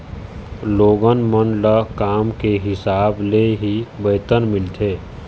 लोगन मन ल काम के हिसाब ले ही वेतन मिलथे